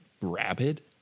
rabid